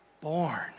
born